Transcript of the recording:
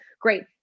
great